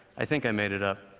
i think i made it up.